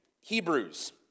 Hebrews